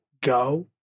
Go